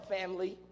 family